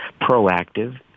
proactive